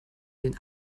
den